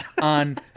on